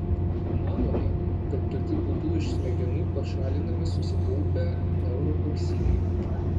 manoma kad tokiu būdu iš smegenų pašalinami susikaupę neurotoksinai